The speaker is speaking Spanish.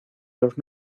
los